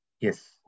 Yes